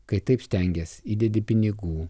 kai taip stengies įdedi pinigų